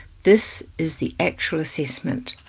this is the actual assessment.